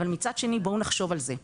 אבל מצד שני בואו נחשוב על זה.